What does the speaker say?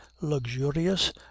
luxurious